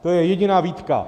To je jediná výtka.